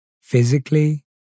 physically